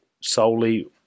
solely